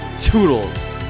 Toodles